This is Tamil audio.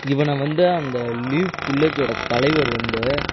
இவனை வந்து அந்த லீஃப் வில்லேஜோடய தலைவர் வந்து